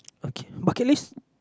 okay bucket list